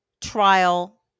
trial